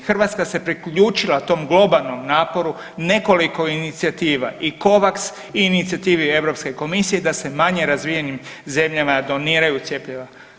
Hrvatska se priključila tom globalnom naporu nekoliko inicijativa i Covax i inicijativi EU komisije da se manje razvijenih zemljama doniraju cjepiva.